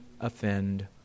offend